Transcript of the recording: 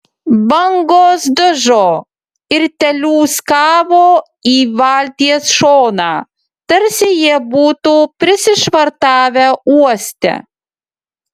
bangos dužo ir teliūskavo į valties šoną tarsi jie būtų prisišvartavę uoste